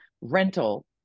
rental